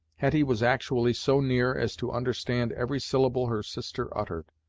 hetty was actually so near as to understand every syllable her sister uttered,